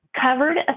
covered